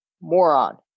moron